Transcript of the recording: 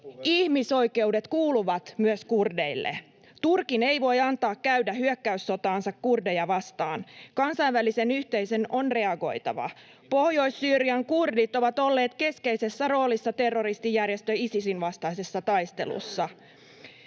Ihmisoikeudet kuuluvat myös kurdeille. Turkin ei voi antaa käydä hyökkäyssotaansa kurdeja vastaan. Kansainvälisen yhteisön on reagoitava. Pohjois-Syyrian kurdit ovat olleet keskeisessä roolissa terroristijärjestö Isisin vastaisessa taistelussa.